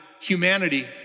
humanity